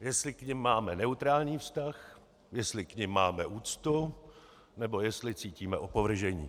Jestli k nim máme neutrální vztah, jestli k nim máme úctu, nebo jestli cítíme opovržení.